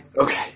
Okay